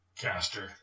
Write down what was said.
Caster